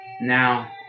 Now